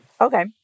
Okay